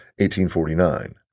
1849